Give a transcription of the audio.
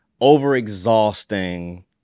over-exhausting